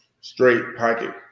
straight-pocket